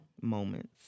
moments